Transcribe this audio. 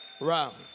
round